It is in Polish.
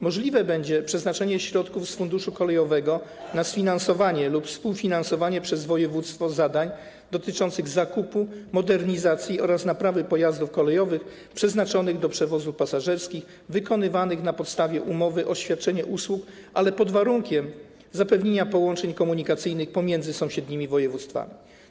Możliwe będzie przeznaczenie środków z funduszu kolejowego na sfinansowanie lub współfinansowanie przez województwo zadań dotyczących zakupu, modernizacji oraz naprawy pojazdów kolejowych przeznaczonych do przewozów pasażerskich wykonywanych na podstawie umowy o świadczenie usług, ale pod warunkiem zapewnienia połączeń komunikacyjnych pomiędzy sąsiednimi województwami.